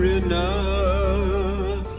enough